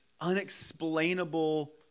unexplainable